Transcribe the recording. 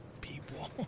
people